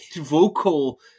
vocal